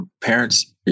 parents